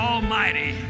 Almighty